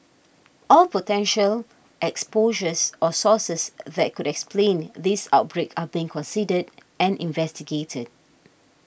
all potential exposures or sources that could explain this outbreak are being considered and investigated